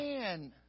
man